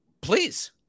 Please